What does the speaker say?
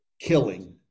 killing